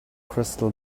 crystal